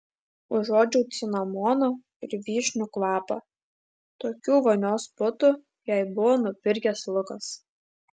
užuodžiau cinamono ir vyšnių kvapą tokių vonios putų jai buvo nupirkęs lukas